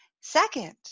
Second